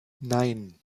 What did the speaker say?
nein